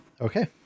Okay